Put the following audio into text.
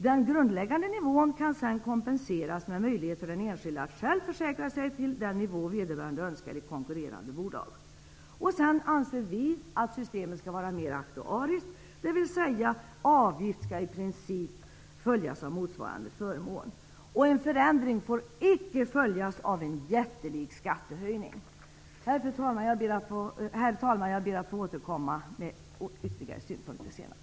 Den grundläggande nivån kan sedan kompenseras med möjlighet för den enskilde att själv försäkra sig till den nivå vederbörande önskar i konkurrerande bolag. Vidare anser vi att systemet skall vara mera aktuariskt, dvs. avgift skall i princip följas av motsvarande förmån. En förändring av systemet får icke följas av en jättelik skattehöjning. Herr talman! Jag ber att få återkomma med ytterligare synpunkter senare.